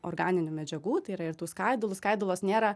organinių medžiagų tai yra ir tų skaidulų skaidulos nėra